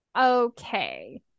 Okay